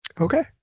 Okay